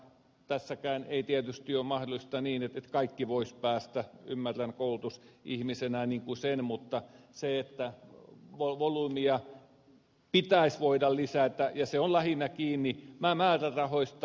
tässäkään ei tietysti ole mahdollista että kaikki voisivat päästä ymmärrän koulutusihmisenä sen mutta volyymiä pitäisi voida lisätä ja se on lähinnä kiinni määrärahoista